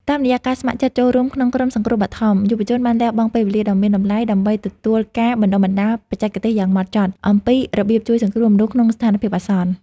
តាមរយៈការស្ម័គ្រចិត្តចូលរួមក្នុងក្រុមសង្គ្រោះបឋម យុវជនបានលះបង់ពេលវេលាដ៏មានតម្លៃដើម្បីទទួលការបណ្ដុះបណ្ដាលបច្ចេកទេសយ៉ាងហ្មត់ចត់ អំពីរបៀបជួយសង្គ្រោះមនុស្សក្នុងស្ថានភាពអាសន្ន។